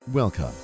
Welcome